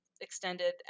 extended